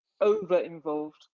over-involved